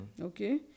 Okay